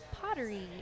pottery